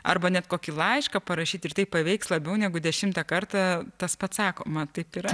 arba net kokį laišką parašyti ir tai paveiks labiau negu dešimtą kartą tas pats sakoma taip yra